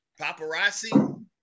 paparazzi